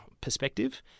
perspective